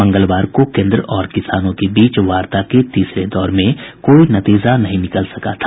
मंगलवार को केन्द्र और किसानों के बीच वार्ता के तीसरे दौर में कोई निष्कर्ष नहीं निकल सका था